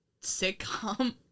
sitcom